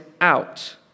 out